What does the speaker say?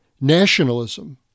nationalism